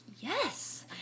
yes